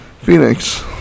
Phoenix